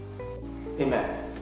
Amen